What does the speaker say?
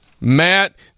Matt